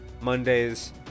Mondays